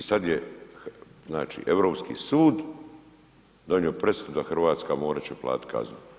I sad je znači Europski sud donio presudu da Hrvatska morati će platiti kaznu.